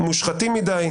מושחתים מדי,